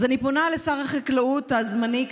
אז אני פונה לשר החקלאות הזמני,